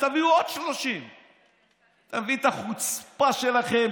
אז תביאו עוד 30. תבין את החוצפה שלכם,